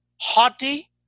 Haughty